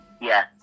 yes